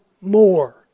more